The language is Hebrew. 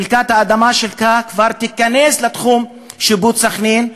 חלקת האדמה שלך כבר תיכנס לתחום שיפוט סח'נין,